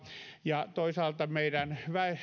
ja toisaalta meidän